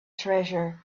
treasure